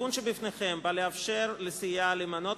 התיקון שלפניכם נועד לאפשר לסיעה למנות